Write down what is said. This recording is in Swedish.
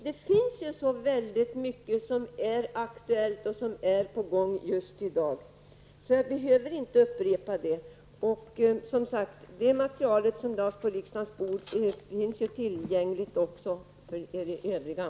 Det är väldigt mycket som är på gång, så jag behöver inte upprepa det. Som sagt, det material som lades på riksdagens bord finns ju tillgängligt också för er övriga.